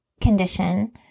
condition